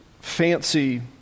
fancy